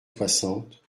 soixante